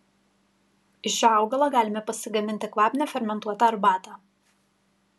iš šio augalo galime pasigaminti kvapnią fermentuotą arbatą